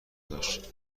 داشت